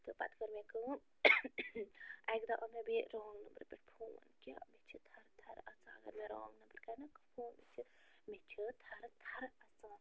تہٕ پتہٕ کٔر مےٚ کٲم اَکہِ دۄہ آو مےٚ بیٚیہِ رانٛگ نمبرٕ پٮ۪ٹھ فون کیٛاہ مےٚ چھِ تھرٕ تھرٕ اَژان